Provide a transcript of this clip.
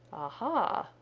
aha!